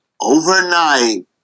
overnight